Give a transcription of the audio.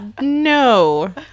no